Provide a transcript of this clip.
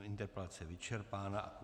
Interpelace je vyčerpána.